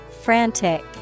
Frantic